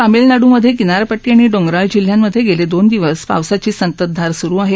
तामिळनाडूमधे किनारपट्टी आणि डोंगराळ जिल्ह्यांमधे गेले दोन दिवस पावसाची संततधार सुरु आहे